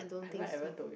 have I ever told you